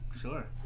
Sure